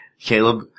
Caleb